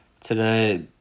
today